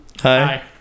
Hi